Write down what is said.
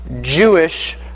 Jewish